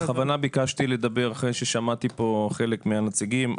בכוונה ביקשתי לדבר אחרי ששמעתי פה חלק מהנציגים.